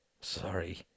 Sorry